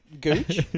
gooch